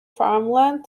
farmland